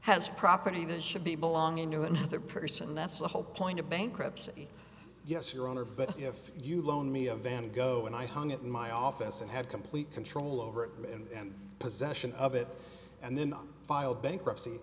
has property that should be belonging to another person that's the whole point of bankruptcy yes your honor but if you loan me a van gogh and i hung it in my office and have complete control over it in possession of it and then i file bankruptcy